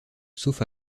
sauf